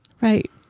right